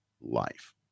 life